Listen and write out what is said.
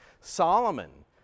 Solomon